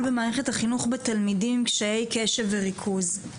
במערכת החינוך בתלמידים קשיי קשב וריכוז.